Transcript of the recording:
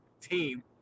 team